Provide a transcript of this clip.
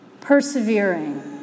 persevering